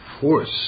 Force